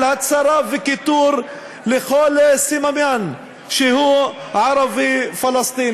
של הצרה וכיתור לכל סממן שהוא ערבי-פלסטיני.